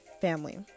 family